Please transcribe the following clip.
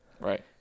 Right